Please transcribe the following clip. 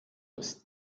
ist